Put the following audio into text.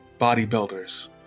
bodybuilders